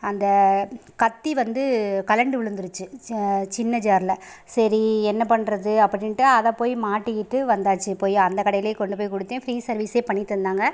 அந்த கத்தி வந்து கழண்டு விழுந்துருச்சு சின்ன ஜாரில் சரி என்ன பண்ணுறது அப்படினுட்டு அதை போய் மாட்டிக்கிட்டு வந்தாச்சு போய் அந்த கடையிலேயே கொண்டு போய் கொடுத்தேன் ஃப்ரீ சர்வீஸே பண்ணித் தந்தாங்க